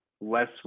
less